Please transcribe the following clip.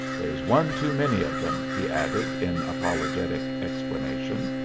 there's one too many of them, he added, in apologetic explanation.